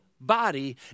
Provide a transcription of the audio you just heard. body